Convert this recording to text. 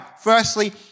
Firstly